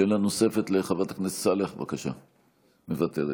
שאלה נוספת לחברת הכנסת סאלח, בבקשה, מוותרת.